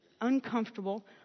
uncomfortable